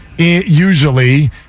usually